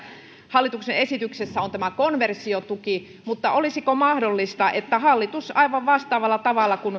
hallituksen esityksessä on tämä konversiotuki mutta olisiko mahdollista että aivan vastaavalla tavalla kuin